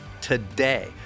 today